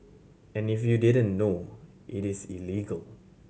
and if you didn't know it is illegal